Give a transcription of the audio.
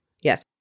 Yes